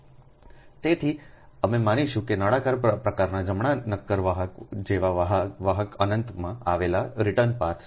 તેથી અમે માનીશું કે નળાકાર પ્રકારના જમણા નક્કર વાહક જેવા વાહક અનંતમાં આવેલા રીટર્ન પાથ સાથે